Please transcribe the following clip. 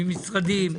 ממשרדים,